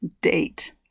date